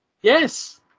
Yes